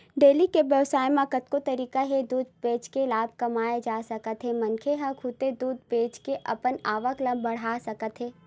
dairy के बेवसाय म कतको तरीका ले दूद बेचके लाभ कमाए जा सकत हे मनखे ह खुदे दूद बेचे के अपन आवक ल बड़हा सकत हे